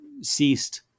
ceased